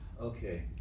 okay